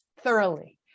thoroughly